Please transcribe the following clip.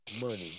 money